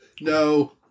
No